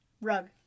Rug